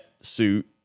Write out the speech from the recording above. suit